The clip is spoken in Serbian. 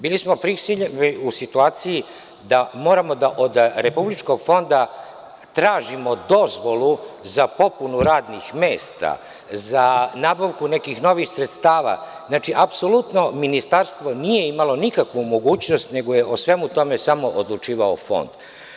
Bili smo u situaciji da moramo od Republičkog fonda da tražimo dozvolu za popunu radnih mesta ,za nabavku nekih novih sredstava, znači, apsolutno Ministarstvo nije imalo nikakvu mogućnost, nego je o svemu tome samo odlučivao Fond.